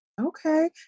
Okay